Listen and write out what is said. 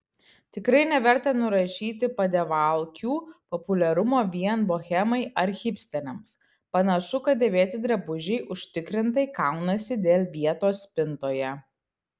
tikrai neverta nurašyti padevalkių populiarumo vien bohemai ar hipsteriams panašu kad dėvėti drabužiai užtikrintai kaunasi dėl vietos spintoje